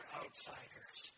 outsiders